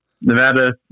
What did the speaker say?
Nevada